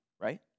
right